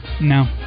No